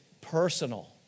personal